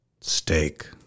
Steak